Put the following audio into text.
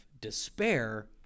despair